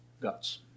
guts